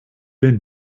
been